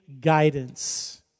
guidance